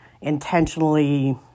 intentionally